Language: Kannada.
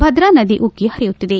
ಭದ್ರಾ ನದಿ ಉಕ್ಕೆ ಹರಿಯುತ್ತಿದೆ